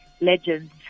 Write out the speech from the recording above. legends